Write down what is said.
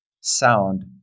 sound